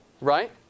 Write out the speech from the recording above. Right